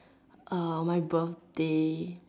ah my birthday